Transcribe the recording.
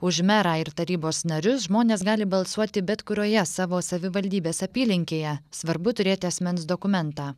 už merą ir tarybos narius žmonės gali balsuoti bet kurioje savo savivaldybės apylinkėje svarbu turėti asmens dokumentą